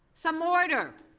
some order.